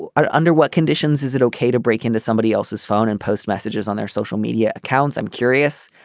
but are under what conditions is it okay to break into somebody else's phone and post messages on their social media accounts. i'm curious.